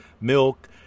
milk